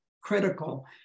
critical